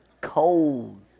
Cold